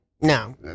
No